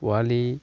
পোৱালি